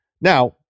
Now